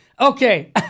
Okay